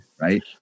right